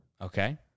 Okay